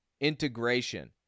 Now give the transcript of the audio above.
integration